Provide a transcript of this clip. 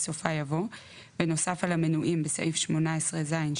בסופה יבוא "ונוסף על המנויים בסעיף 18(ז)(2),